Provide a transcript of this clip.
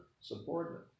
subordinate